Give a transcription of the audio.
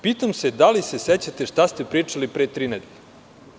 Pitam se da li se sećate šta ste pričali pre tri nedelje?